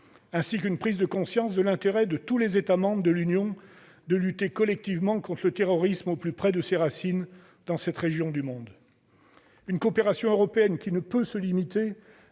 ainsi qu'une prise de conscience de tous les États membres de l'Union de l'intérêt qu'il y a à lutter collectivement contre le terrorisme, au plus près de ses racines dans cette région du monde. Cette coopération européenne ne peut se limiter